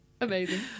amazing